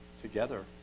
together